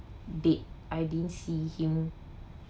dead I didn't see him